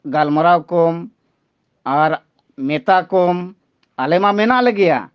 ᱜᱟᱞᱢᱟᱨᱟᱣ ᱟᱠᱚᱢ ᱟᱨ ᱢᱮᱛᱟ ᱠᱚᱢ ᱟᱞᱮ ᱢᱟ ᱢᱮᱱᱟᱜ ᱞᱮ ᱜᱮᱭᱟ